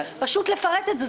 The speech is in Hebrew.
פשוט לפרט את זה.